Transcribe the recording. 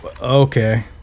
okay